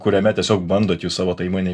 kuriame tiesiog bandot jūs savo tą įmonę